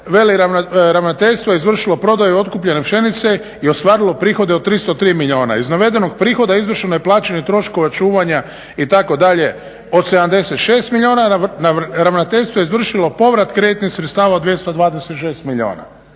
veli ravnateljstvo je izvršilo prodaju otkupljene pšenice i ostvarilo prihode od 303 milijuna iz navedenog prihoda izvršeno je plaćanje troškova čuvanja itd. od 76 milijuna, ravnateljstvo je izvršilo povrat kreditnih sredstava od 226 milijuna.